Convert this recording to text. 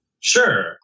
Sure